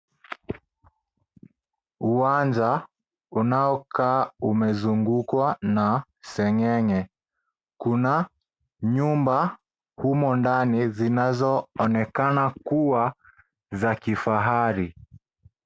Uwanja unaokaa umezungukwa na sengenge . Kuna nyumba huko ndani za kifahari.